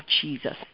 Jesus